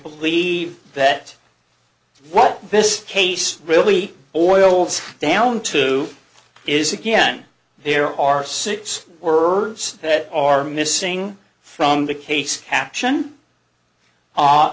believe that what this case really oils down to is again there are suits words that are missing from the case caption